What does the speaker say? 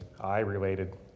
eye-related